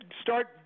start